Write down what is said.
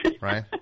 right